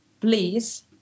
please